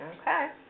Okay